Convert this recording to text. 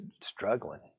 struggling